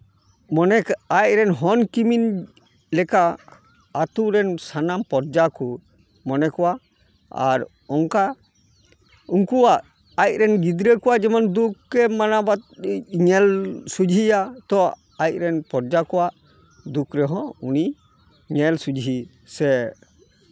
ᱢᱚᱱᱮ ᱟᱡ ᱨᱮᱱ ᱦᱚᱱ ᱠᱤᱢᱤᱱ ᱞᱮᱠᱟ ᱟᱹᱛᱩᱨᱮᱱ ᱥᱟᱱᱟᱢ ᱯᱚᱨᱡᱟ ᱠᱚ ᱢᱚᱱᱮ ᱠᱚᱣᱟ ᱟᱨ ᱚᱱᱠᱟ ᱩᱱᱠᱩᱣᱟᱜ ᱟᱡᱨᱮᱱ ᱜᱤᱫᱽᱨᱟᱹ ᱠᱚᱣᱟᱜ ᱡᱮᱢᱚᱱ ᱫᱩᱠᱷᱮᱢ ᱢᱟᱱᱟᱣ ᱵᱟᱛᱟᱣ ᱧᱮᱞ ᱥᱩᱡᱷᱮᱭᱟ ᱛᱚ ᱟᱡᱨᱮᱱ ᱯᱚᱨᱡᱟ ᱠᱚᱣᱟᱜ ᱫᱩᱠᱷ ᱨᱮᱦᱚᱸ ᱩᱱᱤ ᱧᱮᱞ ᱥᱚᱡᱷᱮ ᱥᱮ